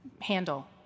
handle